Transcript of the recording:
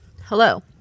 hello